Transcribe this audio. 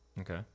Okay